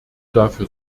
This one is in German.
dafür